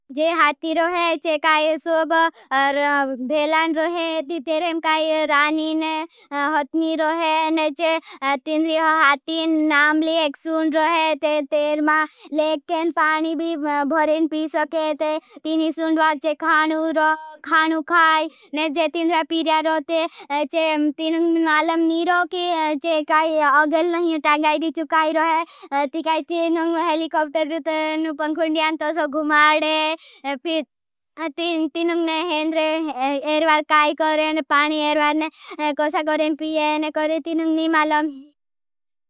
जे हाथी रोहे, जे काई सोब भेलान रोहे। ती तेरें काई राणीने हतनी रोहे। ने जे तीनरी हाथी नामली एक सुन रोहे। ते तेर मा लेकें पानी भी भरें पी सके। तीनी सुनदवार चे खानू रो, खानू खाई, ने जे तीनरा पीड़ा रोते। तीनंग मालम नी रो, कि जे काई अगल नहीं तांगाई दिचु काई रोहे। ती काई तीनंग हेलिकॉप्टर रोते। नुपंखुण दियां तोसो घुमाडे, तीनुगने हेंरे एरवार काई कोरें। पानी एरवारने कोसा कोरें, पी येने कोरें, तीनुगने मलाम।